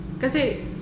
kasi